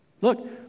Look